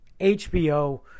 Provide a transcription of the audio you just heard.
HBO